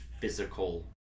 physical